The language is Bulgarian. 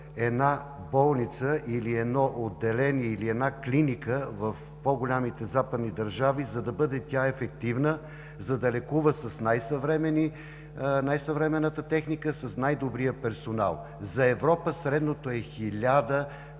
една болница или едно отделение, или една клиника в по-големите западни държави, за да бъде тя ефективна, за да лекува с най-съвременната техника, с най-добрия персонал? За Европа средното е 1000